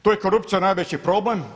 Tu je korupcija najveći problem.